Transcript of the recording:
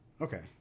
Okay